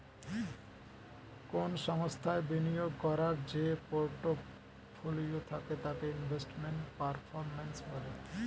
কোন সংস্থায় বিনিয়োগ করার যে পোর্টফোলিও থাকে তাকে ইনভেস্টমেন্ট পারফর্ম্যান্স বলে